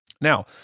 Now